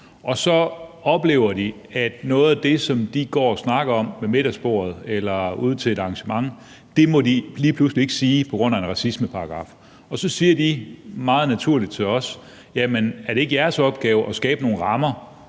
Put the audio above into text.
og så oplever de, at noget af det, som de går og snakker om ved middagsbordet eller ude til et arrangement, må de lige pludselig ikke sige på grund af en racismeparagraf, og så siger de meget naturligt til os: Jamen er det ikke jeres opgave at skabe nogle rammer,